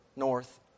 north